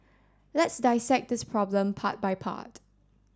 let's dissect this problem part by part